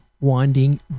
winding